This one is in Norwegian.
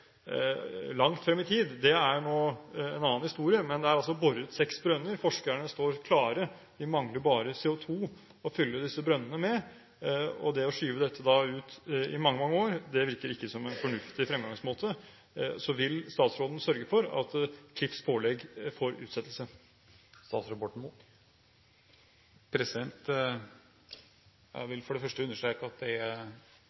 langt frem i tid, er en annen historie, men det er boret seks brønner, forskerne står klare, de mangler bare CO2 til å fylle disse brønnene med. Det å skyve dette ut i mange, mange år virker ikke som en fornuftig fremgangsmåte. Vil statsråden sørge for at Klif får utsettelse med sine pålegg? Jeg